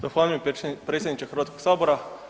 Zahvaljujem predsjedniče Hrvatskoga sabora.